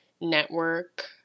network